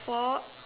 four